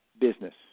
business